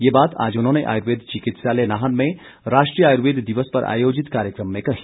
ये बात आज उन्होंने आयुर्वेद चिकित्सालय नाहन में राष्ट्रीय आयुर्वेद दिवस पर आयोजित कार्यक्रम में कही